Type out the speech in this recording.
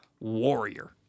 warrior